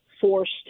forced